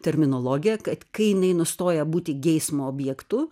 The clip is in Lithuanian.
terminologiją kad kai jinai nustoja būti geismo objektu